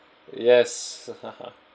yes